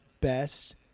best